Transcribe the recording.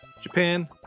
Japan